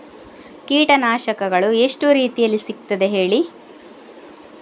ಕೀಟನಾಶಕಗಳು ಎಷ್ಟು ರೀತಿಯಲ್ಲಿ ಸಿಗ್ತದ ಹೇಳಿ